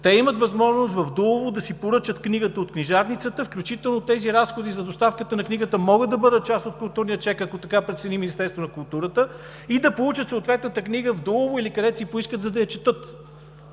те имат възможност в Дулово да си поръчат книгата от книжарницата, включително тези разходи за доставката на книгата могат да бъдат част от културния чек, ако така прецени Министерството на културата, и да получат съответната книга в Дулово или където си поискат, за да я четат.